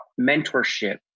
mentorship